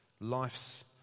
Life's